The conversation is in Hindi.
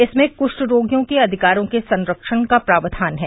इसमें कुष्ठ रोगियों के अधिकारों के संरक्षण का प्रावधान है